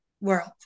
world